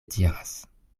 diras